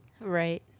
Right